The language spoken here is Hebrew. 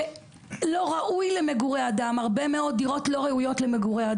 מטרה 300 ו-400 ו-500 אלף שקל לרוכש את